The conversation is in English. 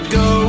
go